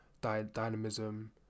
dynamism